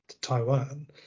Taiwan